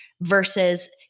versus